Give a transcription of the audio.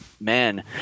men